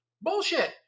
Bullshit